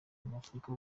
abanyafurika